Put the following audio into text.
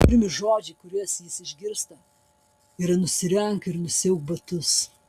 pirmi žodžiai kuriuos jis išgirsta yra nusirenk ir nusiauk batus